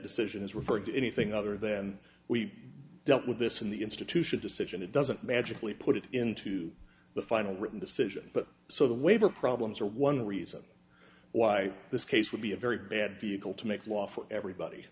decision has referred to anything other than we dealt with this in the institution decision it doesn't magically put it into the final written decision but so the waiver problems are one reason why this case would be a very bad vehicle to make law for everybody